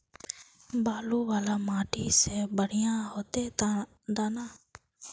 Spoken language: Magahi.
बालू वाला माटी में बढ़िया होते दाना?